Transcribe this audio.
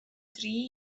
dri